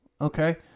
okay